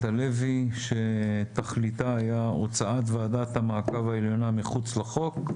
הלוי שתכליתה היה הוצאת ועדת המעקב העליונה מחוץ לחוק,